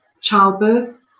Childbirth